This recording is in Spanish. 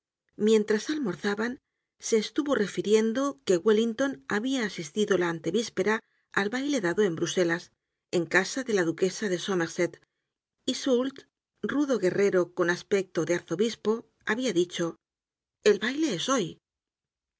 mientras almorzaban se estuvo refiriendo que weuington habia asistido la antevíspera al baile dado en bruselas en casa de la duquesa de somerset y soult rudo guerrero con aspecto de arzobispo habia dicho el bailé es hoy el